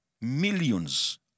Millions